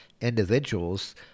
individuals